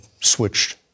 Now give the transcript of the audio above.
switched